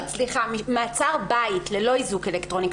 מעצר בית ללא איזוק אלקטרוני,